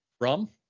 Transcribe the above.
rum